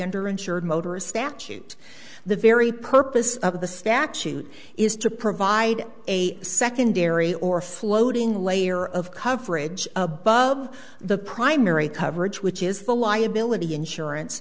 under insured motorist statute the very purpose of the statute is to provide a secondary or floating layer of coverage above the primary coverage which is the liability insurance